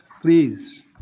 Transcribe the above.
please